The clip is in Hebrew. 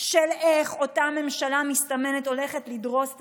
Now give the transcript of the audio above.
של איך אותה ממשלה מסתמנת הולכת לדרוס את